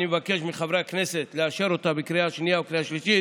אני מבקש מהכנסת לאשר אותה בקריאה השנייה ובקריאה השלישית,